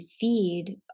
feed